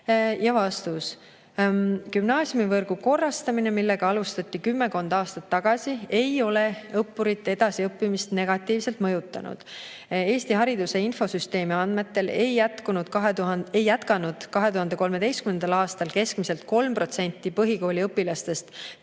kaugemale?" Gümnaasiumivõrgu korrastamine, millega alustati kümmekond aastat tagasi, ei ole õppurite edasiõppimist negatiivselt mõjutanud. Eesti Hariduse Infosüsteemi andmetel ei jätkanud 2013. aastal keskmiselt 3% põhikooliõpilastest peale